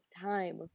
time